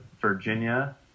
Virginia